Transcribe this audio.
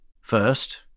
First